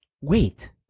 Wait